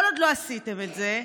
כל עוד לא עשיתם את זה,